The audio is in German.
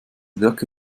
werke